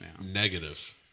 Negative